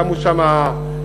שמו שם שילוט,